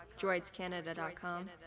droidscanada.com